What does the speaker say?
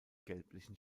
gelblichen